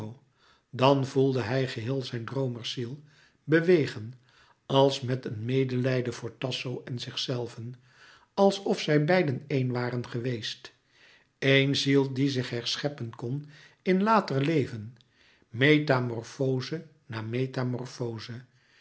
dan voelde hij geheel zijn droomersziel bewegen als met een medelijden voor tasso en zichzelven alsof zij beiden éen waren geweest éen louis couperus metamorfoze ziel die zich herscheppen kon in later leven metamorfoze na metamorfoze